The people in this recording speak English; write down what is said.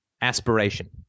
aspiration